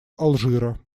алжира